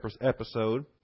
episode